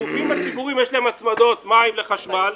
הגופים הציבוריים, יש להם הצמדות מים לחשמל.